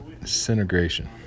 disintegration